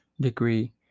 degree